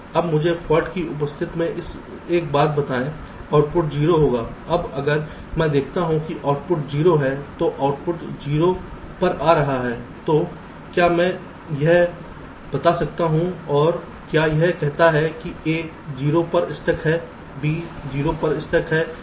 अब मुझे फॉल्ट की उपस्थिति में एक बात बताएं आउटपुट 0 होगा अब अगर मैं देखता हूं कि आउटपुट 0 है तो आउटपुट 0 पर आ रहा है तो क्या मैं यह बता सकता हूं और क्या यह कहता है कि A 0 पर स्टक है B 0 पर स्टक है या F 0 पर स्टक है